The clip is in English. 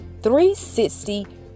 360